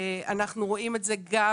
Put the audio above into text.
אנחנו רואים את זה גם